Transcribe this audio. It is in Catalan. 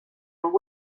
amb